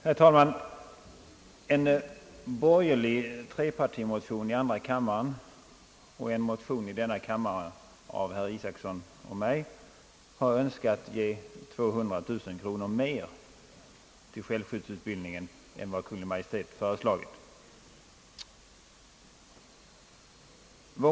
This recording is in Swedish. Herr talman! En borgerlig trepartimotion i andra kammaren och en motion i denna kammare av herr Isacson och mig har önskat ge 200 000 kronor mer till självskyddsutbildningen än vad Kungl. Maj:t föreslagit.